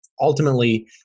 ultimately